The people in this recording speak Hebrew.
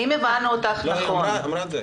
היא אמרה את זה.